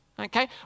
okay